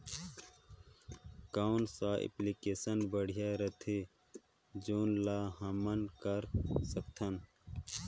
कौन सा एप्लिकेशन बढ़िया रथे जोन ल हमन कर सकथन?